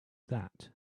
that